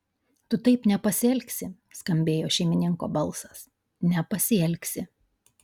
tu taip nepasielgsi skambėjo šeimininko balsas nepasielgsi